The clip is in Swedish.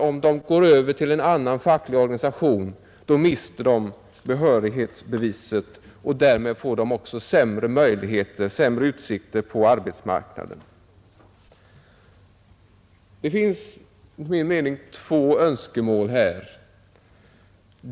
Om de går över till en annan facklig organisation, mister de nämligen behörighetsbeviset, och därmed får de också sämre utsikter på arbetsmarknaden. Det finns enligt min mening två önskemål som man här kan framställa.